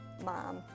mom